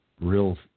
real